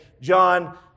John